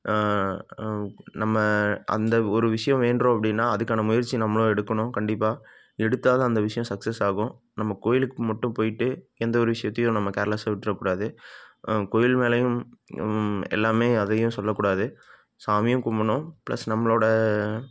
நம்ம அந்த ஒரு விஷயோம் வேண்டுறோம் அப்படின்னா அதுக்கான முயற்சி நம்மளும் எடுக்கணும் கண்டிப்பாக எடுத்தால் தான் அந்த விஷயம் சக்கஸ் ஆகும் நம்ம கோவிலுக்கு மட்டும் போயிட்டு எந்த ஒரு விஷயத்தையும் நம்ம கேர்லெஸ்ஸாக விட்டுறக்கூடாது கோவில் மேலேயும் எல்லாமே அதையும் சொல்லக்கூடாது சாமியும் கும்பிட்ணும் ப்ளஸ் நம்மளோடய